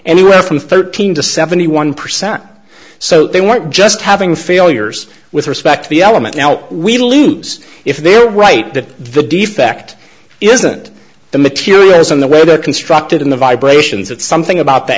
anywhere from thirteen to seventy one percent so they weren't just having failures with respect to the element now we lose if they're right that the defect isn't the materials on the web or constructed in the vibrations that something about the